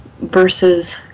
versus